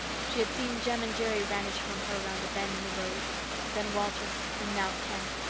she had seen jem and jerry vanish from her around a bend in the road then walter and now ken.